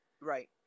Right